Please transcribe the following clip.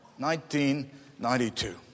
1992